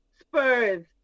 Spurs